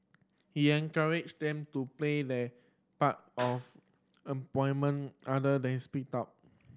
he encouraged them to play their part of other then speak up